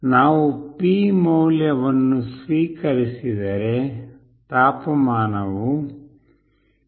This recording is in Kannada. ನಾವು Pಮೌಲ್ಯವನ್ನು ಸ್ವೀಕರಿಸಿದರೆ ತಾಪಮಾನವು 200